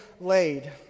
laid